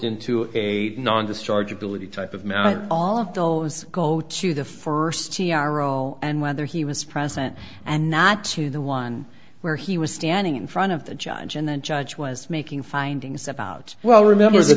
into a non discharge ability type of matter all of those go to the first t r all and whether he was present and not to the one where he was standing in front of the judge and the judge was making findings about well remember